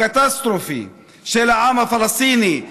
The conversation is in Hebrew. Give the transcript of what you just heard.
הקטסטרופה של העם הפלסטיני?